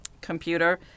computer